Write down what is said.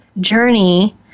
journey